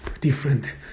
different